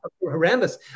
horrendous